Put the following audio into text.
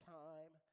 time